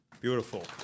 Beautiful